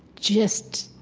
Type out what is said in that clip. just,